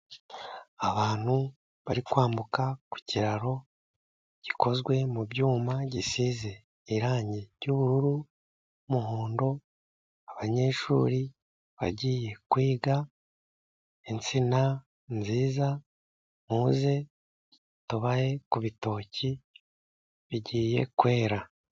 Abantu bari kwambuka ku kiraro gikozwe mu byuma, gisize irangi ry'ubururu n'umuhondo. Abanyeshuri bagiye kwiga. Insina nziza muze tubahe ku bitoki bigiye kwera.